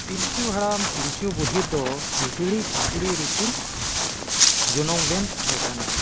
ᱯᱤᱞᱪᱩ ᱦᱟᱲᱟᱢ ᱯᱤᱞᱪᱩ ᱵᱩᱰᱷᱤ ᱫᱚ ᱦᱤᱦᱤᱲᱤ ᱯᱤᱯᱤᱲᱤ ᱨᱮᱠᱤᱱ ᱡᱚᱱᱚᱢ ᱞᱮᱱ ᱛᱟᱦᱮᱸ ᱠᱟᱱᱟ